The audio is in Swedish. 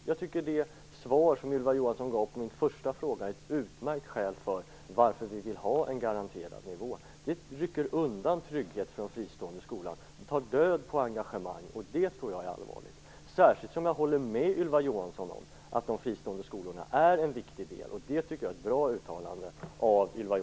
Jag tycker att det svar som Ylva Johansson gav på min första fråga är ett utmärkt skäl till att ha en garanterad nivå. Annars rycker man undan tryggheten för de fristående skolorna och tar död på engagemanget, och det tror jag är allvarligt, särskilt som jag håller med Ylva Johansson om att de fristående skolorna är en viktig del. Det tycker jag är ett bra uttalande av